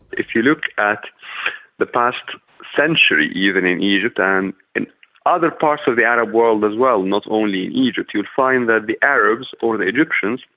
if you look at the past century, even, in egypt, and in other parts of the arab world as well not only in egypt you'd find that the arabs, or the egyptians,